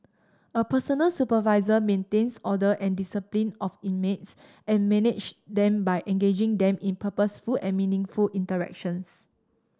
a personal supervisor maintains order and discipline of inmates and manage them by engaging them in purposeful and meaningful interactions